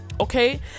okay